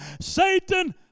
Satan